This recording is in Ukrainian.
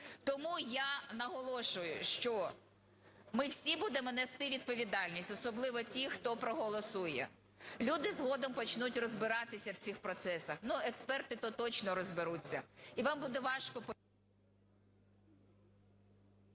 Тому я наголошую, що ми всі будемо нести відповідальність, особливо ті, хто проголосує. Люди згодом почнуть розбиратися в цих процесах. Ну, експерти, то точно розберуться